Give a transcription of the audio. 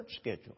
schedule